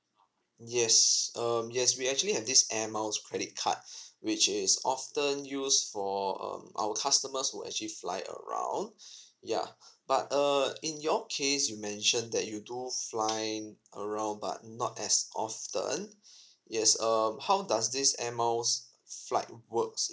yes um yes we actually have this air miles credit card which is often use for um our customer who actually fly around ya but err in your case you mention that you do fly around but not as often yes um how does this air miles flight work